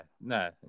no